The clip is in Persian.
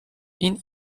این